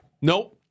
Nope